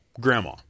Grandma